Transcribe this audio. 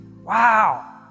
Wow